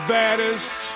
baddest